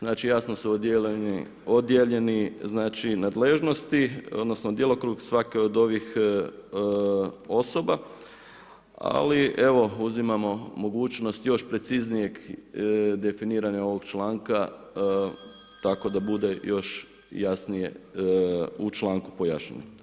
Znači jasno su odijeljeni, znači nadležnosti odnosno djelokrug svake od ovih osoba ali evo, uzimamo mogućnost još preciznije definiranja ovog članka tako da bude još jasnije u članku pojašnjeno.